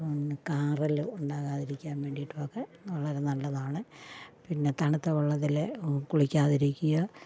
Karl ഉണ്ടാകാതിരിക്കാൻ വേണ്ടിയിട്ടും ഒക്കെ വളരെ നല്ലതാണ് പിന്നെ തണുത്ത വെള്ളത്തിൽ കുളിക്കാതിരിക്കുക